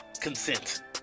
Consent